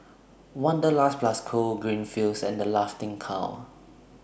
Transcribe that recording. Wanderlust Plus Co Greenfields and The Laughing Cow